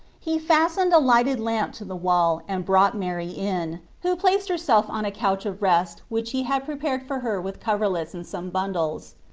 he fastened a lighted lamp to the wall and brought mary in, who placed herself on a couch of rest which he had prepared for her with coverlets and some bundles.